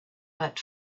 but